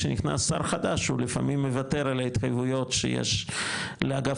כשנכנס שר חדש הוא לפעמים מוותר על ההתחייבויות שיש לאגף